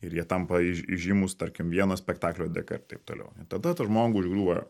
ir jie tampa įžymūs tarkim vieno spektaklio dėka ir taip toliau ir tada tą žmogų užgriūva